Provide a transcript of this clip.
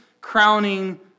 crowning